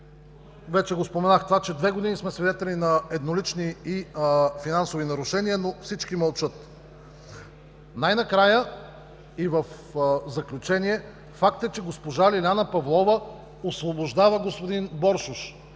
вече го споменах, че две години сме свидетели на еднолични и финансови нарушения, но всички мълчат. Най-накрая и в заключение, факт е, че госпожа Лиляна Павлова освобождава господин Боршош,